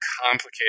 complicated